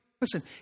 listen